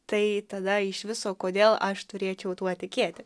tai tada iš viso kodėl aš turėčiau tuo tikėti